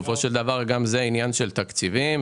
וגם זה עניין של תקציבים.